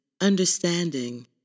understanding